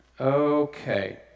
Okay